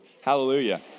Hallelujah